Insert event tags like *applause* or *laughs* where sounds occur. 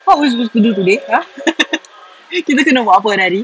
what were you supposed to do today !huh! *laughs* kita kena buat apa ni hari